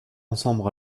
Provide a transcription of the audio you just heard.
ensemble